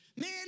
Man